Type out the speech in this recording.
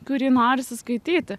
kurį norisi skaityti